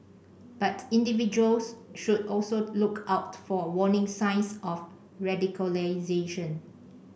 but individuals should also look out for warning signs of radicalisation